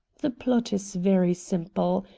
the plot is very simple.